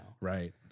Right